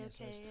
Okay